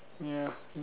ya